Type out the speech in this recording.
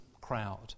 crowd